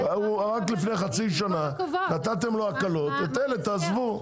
נתתם לו רק לפני חצי שנה הקלות, אותו תעזבו.